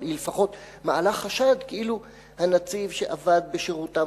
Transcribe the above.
אבל היא לפחות מעלה חשד כאילו הנציב שעבד בשירותם